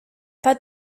pas